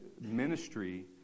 ministry